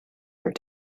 her